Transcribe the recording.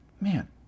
man